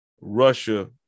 Russia